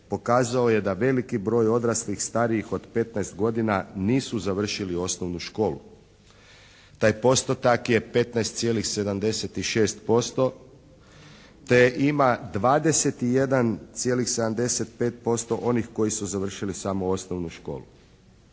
pokazao je da veliki broj odraslih starijih od 15 godina nisu završili osnovnu školu. Taj postotak je 15,76% te ima 21,75% onih koji su završili samo osnovnu školu.